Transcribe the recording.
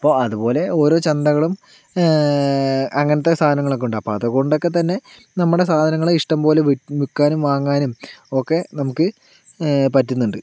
അപ്പോൾ അതുപോലെ ഓരോ ചന്തകളും അങ്ങനത്തെ സാധനങ്ങളൊക്കെ ഉണ്ട് അപ്പോൾ അതുകൊണ്ടൊക്കെ തന്നെ നമ്മുടെ സാധനങ്ങളെ ഇഷ്ടംപോലെ വിൽക്കാനും വാങ്ങാനും ഒക്കെ നമ്മൾക്ക് പറ്റുന്നുണ്ട്